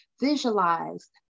visualize